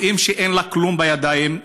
רואים שאין לה כלום בידיים.